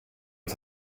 uns